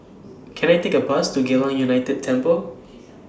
Can I Take A Bus to Geylang United Temple